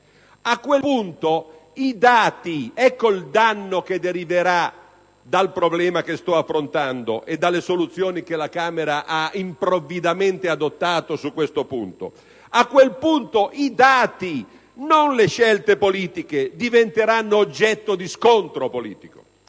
A quel punto i dati - ecco il danno che deriverà dal problema che sto affrontando e dalle soluzioni che la Camera ha improvvidamente adottato su questo punto - ripeto, i dati, non le scelte politiche, diventeranno oggetto di scontro politico